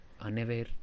unaware